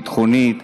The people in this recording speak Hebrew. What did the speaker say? ביטחונית,